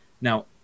Now